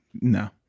No